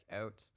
out